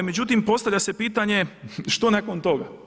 Međutim postavlja se pitanje što nakon toga?